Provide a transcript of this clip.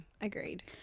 agreed